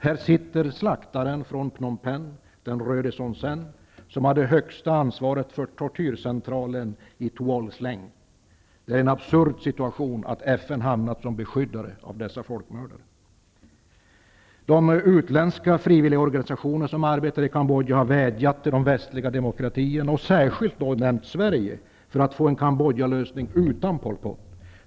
Här sitter slaktaren från Det är en absurd situation att FN har råkat bli beskyddare av dessa folkmördare. De utländska frivilligorganisationer som arbetar i Cambodja har vädjat till de västliga demokratierna, och särskilt nämnt Sverige, för att man skall kunna få till stånd en Cambodjalösning utan Pol Pot.